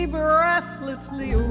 breathlessly